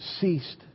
ceased